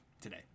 today